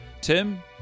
Tim